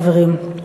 חברים,